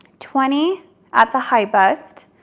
twenty at the high bust.